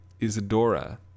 Isadora